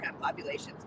populations